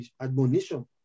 admonition